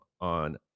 on